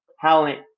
talent